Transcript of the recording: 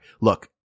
look